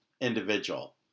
individual